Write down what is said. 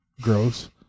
Gross